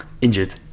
injured